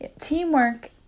Teamwork